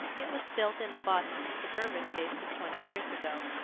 it was built in a boston suburban taste of twenty years ago,